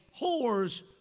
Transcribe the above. whore's